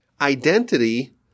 identity